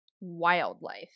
wildlife